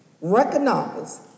Recognize